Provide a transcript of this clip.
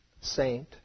saint